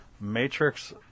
Matrix